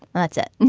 that's it.